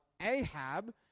Ahab